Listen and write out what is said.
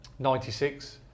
96